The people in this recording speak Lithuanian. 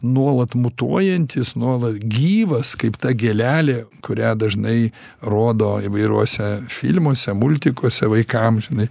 nuolat mutuojantis nuolat gyvas kaip ta gėlelė kurią dažnai rodo įvairiuose filmuose multikuose vaikams žinai